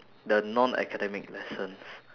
the non academic lessons